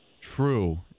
True